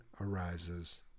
arises